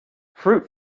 fruit